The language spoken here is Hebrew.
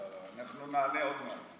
לא, לא, אנחנו נעלה עוד מעט.